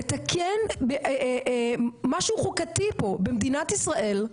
לתקן משהו חוקתי פה במדינת ישראל,